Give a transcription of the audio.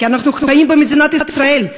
כי אנחנו חיים במדינת ישראל,